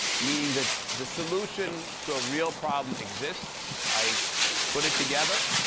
meaning that the solution to a real problem exists i put it together